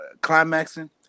climaxing